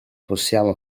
possiamo